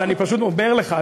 אבל אני פשוט אומר לך,